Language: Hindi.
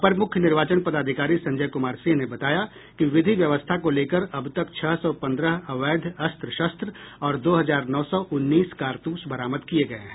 अपर मुख्य निर्वाचन पदाधिकारी संजय कुमार सिंह ने बताया कि विधि व्यवस्था को लेकर अब तक छह सौ पन्द्रह अवैध अस्त्र शस्त्र और दो हजार नौ सौ उन्नीस कारतूस बरामद किये गये हैं